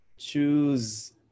Choose